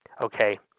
Okay